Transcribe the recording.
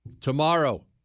tomorrow